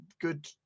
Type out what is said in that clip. good